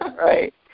Right